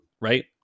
right